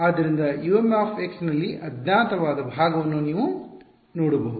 ಆದ್ದರಿಂದ U ನಲ್ಲಿ ಅಜ್ಞಾತವಾದ ಭಾಗವನ್ನು ನೀವು ನೋಡಬಹುದು